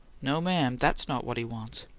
no, ma'am that's not what he wants!